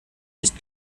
nicht